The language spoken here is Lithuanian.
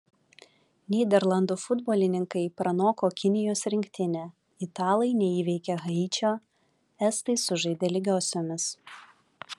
nyderlandų futbolininkai pranoko kinijos rinktinę italai neįveikė haičio estai sužaidė lygiosiomis